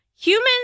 Humans